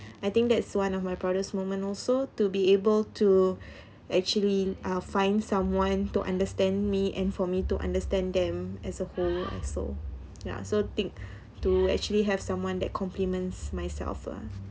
I think that's one of my proudest moment also to be able to actually uh find someone to understand me and for me to understand them as a whole and soul ya so think to actually have someone that compliments myself lah